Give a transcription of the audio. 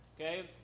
Okay